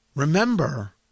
Remember